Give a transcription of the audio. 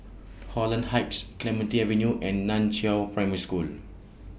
Holland Heights Clementi Avenue and NAN Chiau Primary School